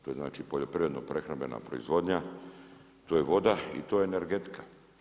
To je znači poljoprivredno-prehrambena proizvodnja, to je voda i to je energetika.